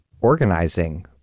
organizing